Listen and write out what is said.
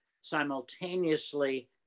simultaneously